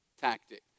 tactic